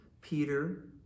Peter